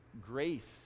grace